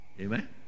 amen